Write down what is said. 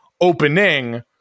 opening